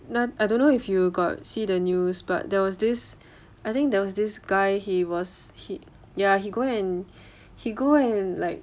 I don't know if you got see the news but there was this I think there was this guy he was he ya he go and he go and like